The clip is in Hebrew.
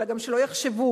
אלא גם שלא יחשבו.